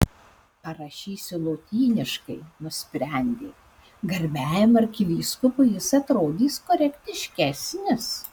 parašysiu lotyniškai nusprendė garbiajam arkivyskupui jis atrodys korektiškesnis